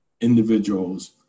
individuals